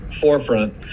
forefront